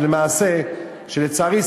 לצערי,